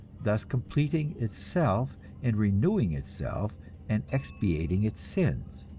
thus completing itself and renewing itself and expiating its sins.